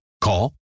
Call